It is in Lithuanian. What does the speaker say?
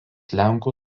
lenkų